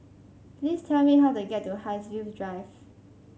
please tell me how to get to Haigsville Drive